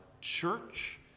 church